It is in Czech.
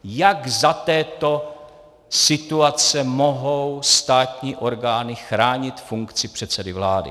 Jak za této situace mohou státní orgány chránit funkci předsedy vlády?